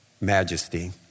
majesty